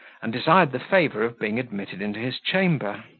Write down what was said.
and desired the favour of being admitted into his chamber.